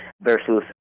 versus